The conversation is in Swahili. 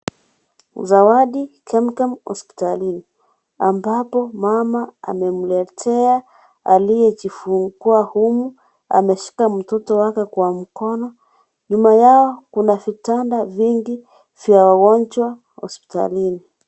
Zawadi kemkem hospitalini ambapo mama amemletea aliyejifungua humu, ameshika mtoto wake kwa mkono. Nyuma yao kuna vitanda vingi vya wagonjwa hospitalini.